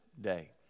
day